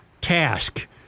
task